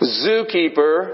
Zookeeper